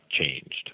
changed